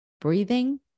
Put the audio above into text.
breathing